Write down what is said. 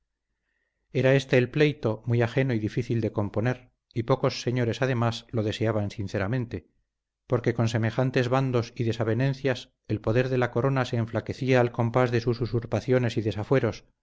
era este pleito muy ajeno y difícil de componer y pocos señores además lo deseaban sinceramente porque con semejantes bandos y desavenencias el poder de la corona se enflaquecía al compás de sus usurpaciones y desafueros